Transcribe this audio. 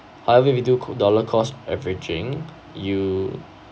however we do co~ dollar cost averaging you